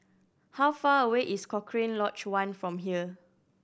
how far away is Cochrane Lodge One from here